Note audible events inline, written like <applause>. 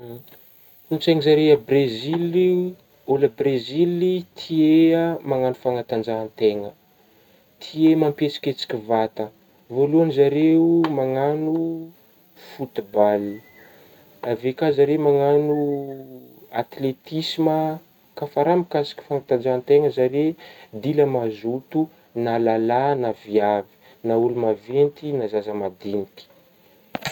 <noise> Kolotsaigna zare a Brezily olo a Brezily tia eh ah magnagno fanantanjahantegna, tia eh mampihetsiketsika vata, voalohany zareo magnano football avy eo ka zare magnagno <hesitation> atletisma ka fa raha mikasiky fanantanjahategna zare dy la mazoto na lalahy na viavy na olo maventy na zaza madigniky.